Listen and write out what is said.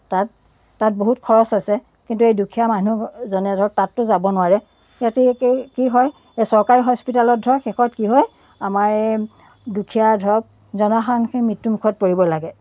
তাত তাত বহুত খৰচ আছে কিন্তু এই দুখীয়া মানুহজনে ধৰক তাততো যাব নোৱাৰে সিহঁতে সেই কি হয় চৰকাৰী হস্পিতেলত ধৰক শেষত কি হয় আমাৰ এই দুখীয়া ধৰক জনসাধাৰণখিনি মৃত্যু মুখত পৰিব লাগে